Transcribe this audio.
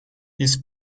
his